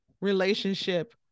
relationship